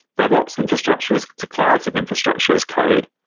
devops infrastructure is declarative infrastructure as code.